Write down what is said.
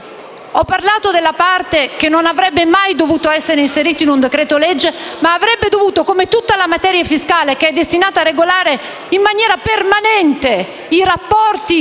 Ho parlato della parte che non avrebbe mai dovuto essere inserita in un decreto-legge ma, come tutta la materia fiscale che è destinata a regolare in maniera permanente i rapporti